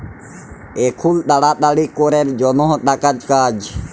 এখুল তাড়াতাড়ি ক্যরের জনহ টাকার কাজ